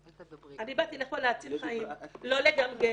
אני באתי לפה להציל חיים, לא לגמגם.